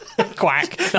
Quack